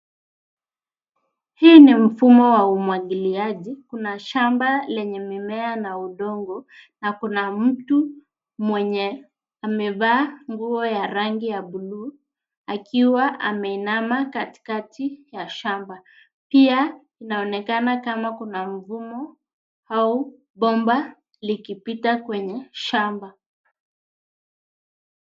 Hii ni mfumo wa umwagiliaji. Kuna shamba lenye mimea na udongo na kuna mwenye amevaa nguo ya rangi ya buluu akiwa ameinama katikati ya shamba. Pia, inaonekana kama kuna mfumo au bomba likipita kwenye shamba.